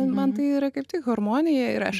man tai yra kaip tai harmonija ir aš